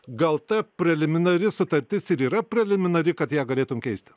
gal ta preliminari sutartis ir yra preliminari kad ją galėtum keisti